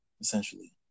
essentially